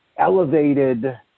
elevated